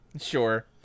Sure